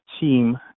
team